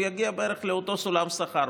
הוא יגיע בערך לאותו סולם שכר.